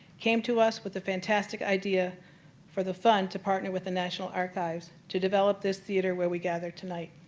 came to us with a fantastic idea for the fund to partner with the national archives to develop this theatre where we gather tonight.